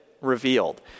revealed